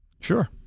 Sure